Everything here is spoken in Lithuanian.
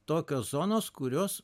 tokios zonos kurios